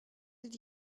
did